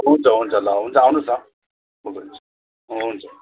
हुन्छ हुन्छ ल हुन्छ आउनु होस् न हुन्छ हुन्छ